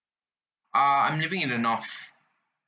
uh I'm living in the north